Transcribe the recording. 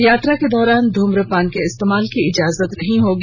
यात्रा को दौरान धुम्रपान के इस्तेमाल की इजाजत नहीं होगी